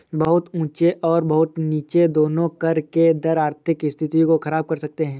बहुत ऊँचे और बहुत नीचे दोनों कर के दर आर्थिक स्थिति को ख़राब कर सकते हैं